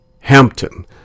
Hampton